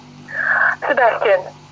Sebastian